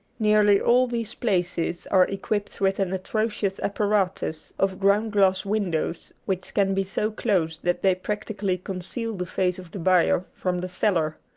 nearly all these places are equipped with an atrocious apparatus of ground-glass windows which can be so closed that they practically conceal the face of the buyer from the seller.